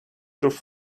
through